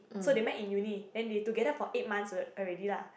so they met in uni then they together for eight months already lah